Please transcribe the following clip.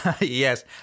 Yes